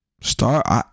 Start